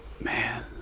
Man